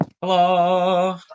Hello